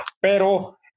pero